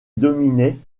dominait